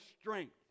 strength